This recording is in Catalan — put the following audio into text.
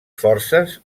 forces